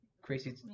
crazy